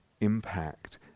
impact